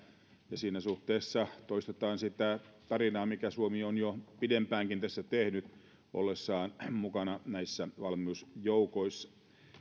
ja siinä suhteessa toistetaan sitä tarinaa mitä suomi on jo pidempäänkin tässä tehnyt ollessaan mukana näissä valmiusjoukoissa